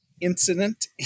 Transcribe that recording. incident